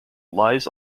lies